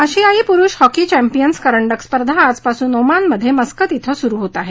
आशियाई पुरुष hockey champions करंडक स्पर्धा आजपासून ओमानमधे मस्कत धें सुरु होत आहे